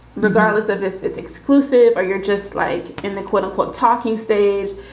regardless of it's it's exclusive or you're just like in the quote unquote talking stage,